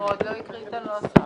עוד לא הקריא את הנוסח.